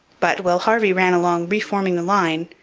but, while harvey ran along re-forming the line,